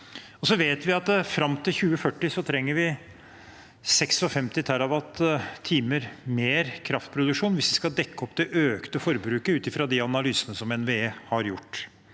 Så vet vi at fram til 2040 trenger vi 56 TWh mer kraftproduksjon hvis vi skal dekke opp for det økte forbruket, ut fra de analysene som NVE har gjort.